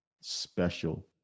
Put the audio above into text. special